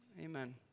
Amen